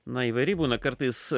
na įvairiai būna kartais